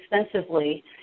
expensively